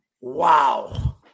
Wow